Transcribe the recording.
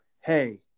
hey